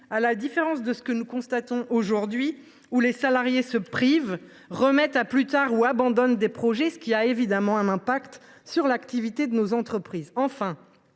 À l’inverse, aujourd’hui, nous constatons que les salariés se privent, remettent à plus tard ou abandonnent des projets, ce qui a évidemment un impact sur l’activité de nos entreprises.